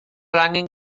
angen